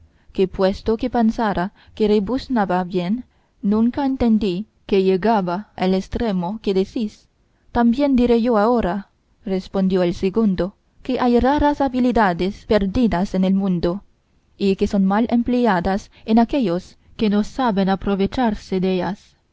que puesto que pensara que rebuznaba bien nunca entendí que llegaba el estremo que decís también diré yo ahora respondió el segundo que hay raras habilidades perdidas en el mundo y que son mal empleadas en aquellos que no saben aprovecharse dellas las